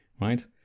Right